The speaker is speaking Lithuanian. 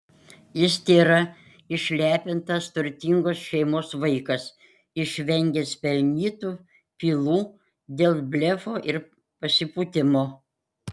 jis tėra išlepintas turtingos šeimos vaikas išvengęs pelnytų pylų dėl blefo ir pasipūtimo